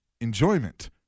enjoyment